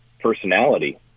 personality